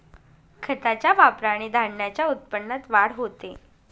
खताच्या वापराने धान्याच्या उत्पन्नात वाढ होते